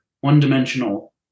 one-dimensional